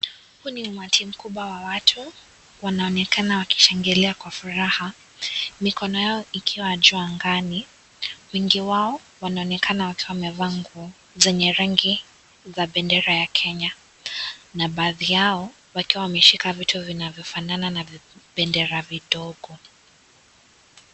Huu ni umati mkubwa wa watu, wanaonenakana wakishangilia kwa furaha, mikono yao ikiwa juu angani. Wengi wao wanaonenakana wakiwa wamevaa nguo zenye rangi ya bendera ya Kenya na baadhi yao wakiwa wameshika vitu vinavyofanana na bendera vidogo.